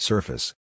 Surface